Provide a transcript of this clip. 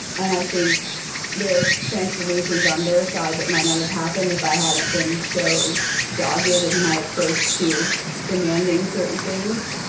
and i think there are transformations on their side that might not have happened if i hadn't been so dogged in my approach to demanding certain things.